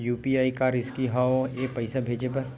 UPI का रिसकी हंव ए पईसा भेजे बर?